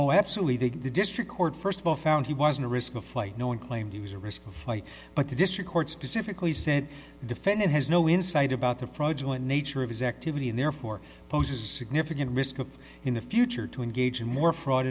oh absolutely that the district court first of all found he wasn't a risk of flight no one claimed he was a risk of flight but the district court specifically said the defendant has no insight about the fraudulent nature of his activity and therefore poses a significant risk of in the future to engage in more fraud